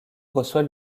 reçoit